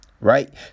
right